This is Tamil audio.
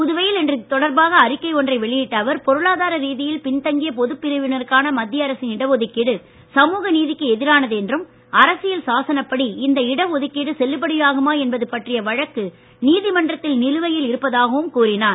புதுவையில் இன்று இதுதொடர்பாக அறிக்கை ஒன்றை வெளியிட்ட அவர் பொருளாதார ரீதியில் பின்தங்கிய பொதுப் பிரிவினருக்கான மத்திய அரசின் இடஒதுக்கீடு சமூக நீதிக்கு எதிரானது என்றும் அரசியல் சாசனப்படி இந்த இடஒதுக்கீடு செல்லுபடியாகுமா என்பது பற்றிய வழக்கு நீதிமன்றத்தில் நிலுவையில் இருப்பதாகவும் கூறினார்